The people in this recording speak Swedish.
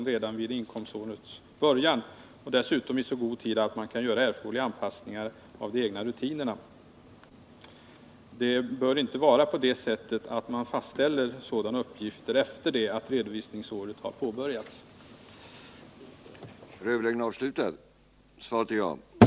Är budgetministern beredd medverka till möjlighet till förlängd och förhöjd insättni'1g på skogskonto eller till skattelindringar av annat slag för att underlätta bekämpningen av granbarkborren?